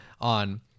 on